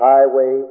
Highway